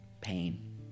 pain